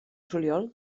juliol